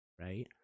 right